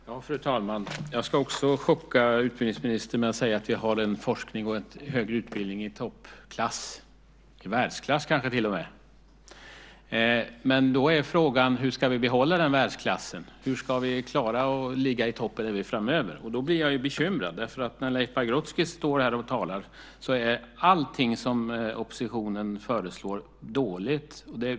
Fru talman! Jag ska också chocka utbildningsministern med att säga att vi har en forskning och en högre utbildning i toppklass, kanske till och med i världsklass! Men då är frågan: Hur ska vi behålla den världsklassen? Hur ska vi klara att ligga i toppen också framöver? Då blir jag bekymrad, för när Leif Pagrotsky står här och talar är allt som oppositionen föreslår dåligt.